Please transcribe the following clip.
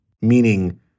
meaning